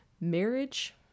marriage